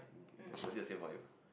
was was it the same for you